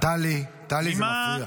טלי, טלי, זה מפריע.